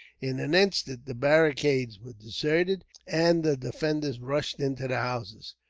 in an instant the barricades were deserted, and the defenders rushed into the houses.